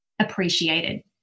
appreciated